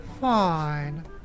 fine